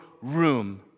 room